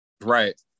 Right